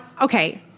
Okay